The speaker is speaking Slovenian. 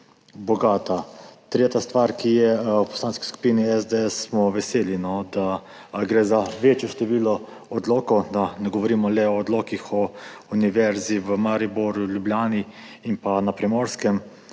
bogata. Tretja stvar, ki je, v Poslanski skupini SDS smo veseli, da gre za večje število odlokov, da ne govorimo le o odlokih o univerzi v Mariboru, Ljubljani in na Primorskem,